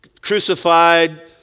crucified